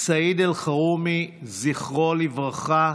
סעיד אלחרומי, זכרו לברכה,